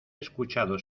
escuchado